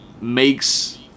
makes